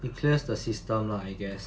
to clear the system lah I guess